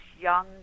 young